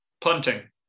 Punting